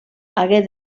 hagué